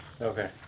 Okay